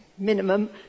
Minimum